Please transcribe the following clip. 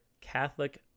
Catholic